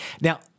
Now